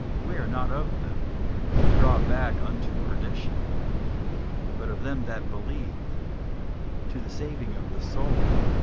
but we are not of them who draw back unto perdition but of them that believe to the saving of the soul.